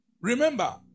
Remember